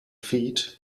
feet